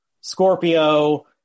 Scorpio